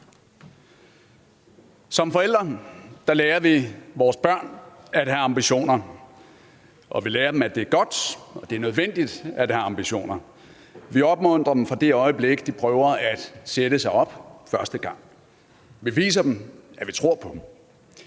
Som forældre lærer vi vores børn at have ambitioner, og vi lærer dem, at det er godt og at det er nødvendigt at have ambitioner. Vi opmuntrer dem, fra det øjeblik de prøver at sætte sig op første gang. Vi viser dem, at vi tror på dem.